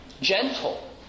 gentle